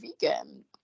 vegan